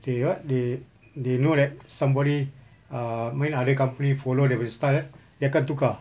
they what they they know that somebody err when other company follow dia punya style dia akan tukar